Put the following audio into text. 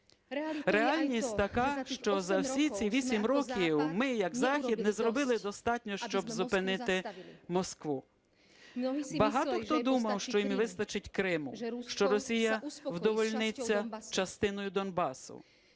Реальність така, що за всі ці вісім років ми як Захід не зробили достатньо, щоб зупинити Москву. Багато хто думав, що їм вистачить Криму, що Росія вдовольниться частиною Донбасу.